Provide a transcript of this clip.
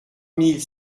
mille